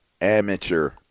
amateur